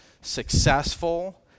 successful